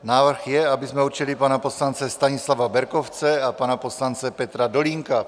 Návrh je, abychom určili pana poslance Stanislava Berkovce a pana poslance Petra Dolínka.